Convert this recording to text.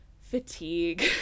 fatigue